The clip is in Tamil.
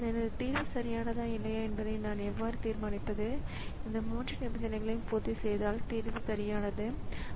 எனவே ஒரு சுழற்சியில் ஆப்பரேட்டிங் ஸிஸ்டம் துவக்கப் பகுதியைச் செய்தபின் உண்மையில் சில குறுக்கீடுகள் ஏற்பட காத்திருக்கும்